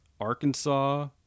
Arkansas